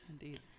Indeed